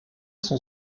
sont